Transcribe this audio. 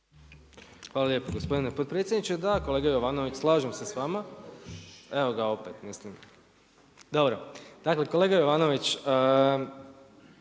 Hvala lijepo gospodine potpredsjedniče. Dakle, kolega Jovanović slažem se sa vama. Evo ga opet, mislim. Dobro. Dakle, kolega Jovanović